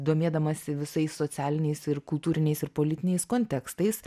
domėdamasi visais socialiniais ir kultūriniais ir politiniais kontekstais